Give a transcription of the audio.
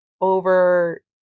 over